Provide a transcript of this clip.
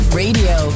radio